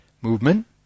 Movement